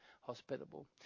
hospitable